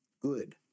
good